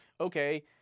okay